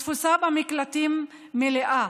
התפוסה במקלטים מלאה